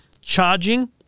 charging